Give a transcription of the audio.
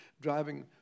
driving